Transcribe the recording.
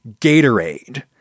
Gatorade